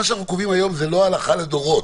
מה שאנחנו קובעים היום זה לא הלכה לדורות,